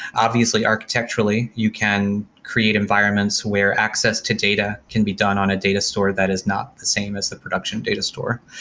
obviously, architecturally, you can create environments where access to data can be done on a data store that is not the same as the production data store.